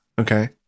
Okay